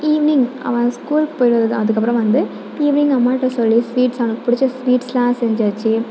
evening அவன் ஸ்கூலுக்கு போய் அதுக்கப்புறம் வந்து ஈவ்னிங் அம்மாகிட்ட சொல்லி ஸ்வீட்ஸ் அவனுக்கு பிடிச்ச ஸ்வீட்ஸ்யெலாம் செஞ்சு வெச்சு